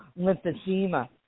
lymphedema